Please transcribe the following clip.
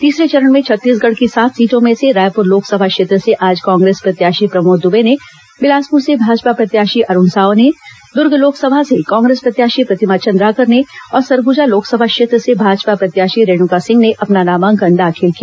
तीसरे चरण में छत्तीसगढ़ की सात सीटों में से रायपुर लोकसभा क्षेत्र से आज कांग्रेस प्रत्याशी प्रमोद दुबे ने बिलासपुर से भाजपा प्रत्याशी अरूण साव ने दुर्ग लोकसभा से कांग्रेस प्रत्याशी प्रतिमा चंद्राकर ने और सरगुजा लोकसभा क्षेत्र से भाजपा प्रत्याशी रेणुका सिंह ने अपना नामांकन दाखिल किया